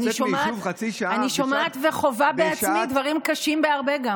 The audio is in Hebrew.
אני שומעת וחווה בעצמי גם דברים קשים בהרבה.